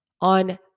on